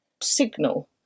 signal